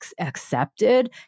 accepted